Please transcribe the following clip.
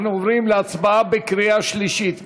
אנחנו עוברים להצבעה בקריאה שלישית.